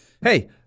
Hey